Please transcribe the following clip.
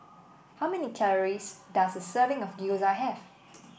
how many calories does a serving of Gyoza Have